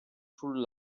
sul